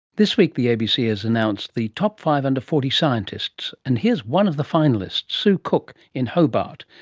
this week the abc has announced the top five under forty scientists, and here's one of the finalists, sue cook in hobart,